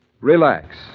Relax